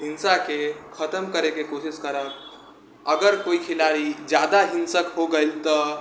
हिंसाके खतम करैके कोशिश करब अगर कोइ खेलाड़ी जादा हिंसक हो गेल तऽ